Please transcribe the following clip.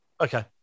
Okay